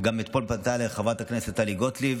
אתמול פנתה אליי חברת הכנסת טלי גוטליב,